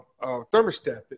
thermostat